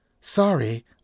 Sorry